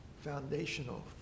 foundational